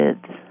kids